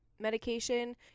medication